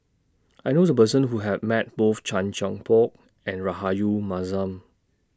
I knew A Person Who Have Met Both Chan Chin Bock and Rahayu Mahzam